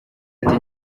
ati